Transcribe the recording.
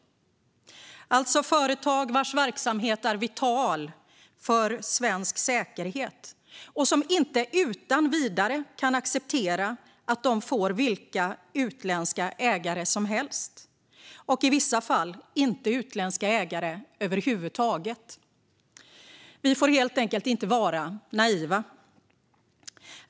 Det är alltså företag vars verksamhet är vital för svensk säkerhet och som inte utan vidare kan acceptera att de får vilka utländska ägare som helst och i vissa fall inte utländska ägare över huvud taget. Vi får helt enkelt inte vara naiva.